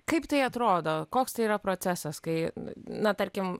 kaip tai atrodo koks tai yra procesas kai na tarkim